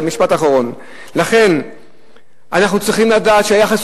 משפט אחרון: לכן אנחנו צריכים לדעת שהיחס